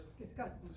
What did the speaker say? Disgusting